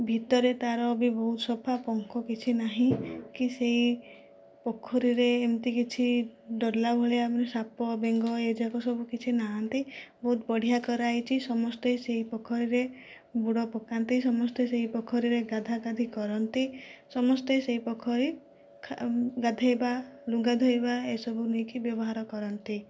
ଭିତରେ ତା'ର ବି ବହୁତ ସଫା ପଙ୍କ କିଛି ନାହିଁ କି ସେହି ପୋଖରୀରେ ଏମିତି କିଛି ଡରିଲା ଭଳିଆ ସାପ ବେଙ୍ଗ ଏଯାକ ସବୁ କିଛି ନାହାନ୍ତି ବହୁତ ବଢ଼ିଆ କରା ହୋଇଛି ସମସ୍ତେ ସେହି ପୋଖରୀରେ ବୁଡ଼ ପକାନ୍ତି ସମସ୍ତେ ସେହି ପୋଖରୀରେ ଗାଧାଗାଧି କରନ୍ତି ସମସ୍ତେ ସେହି ପୋଖରୀ ଗାଧୋଇବା ଲୁଗା ଧୋଇବା ଏସବୁ ନେଇକି ବ୍ୟବହାର କରନ୍ତି